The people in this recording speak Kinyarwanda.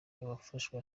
yafashwe